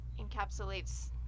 encapsulates